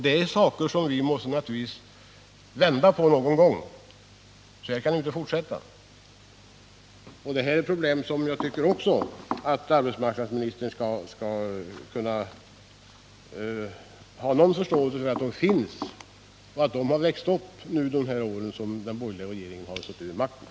Det är förhållanden som vi naturligtvis måste ändra någon gång, för så här kan det inte fortsätta. Det är också problem som har växt upp under de år som borgerliga regeringar har suttit vid makten.